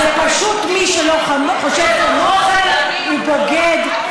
זה פשוט מי שלא חושב כמוכם הוא בוגד,